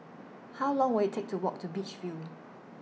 How Long Will IT Take to Walk to Beach View